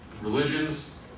religions